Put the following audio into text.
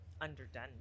underdone